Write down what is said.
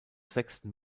sechsten